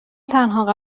تنها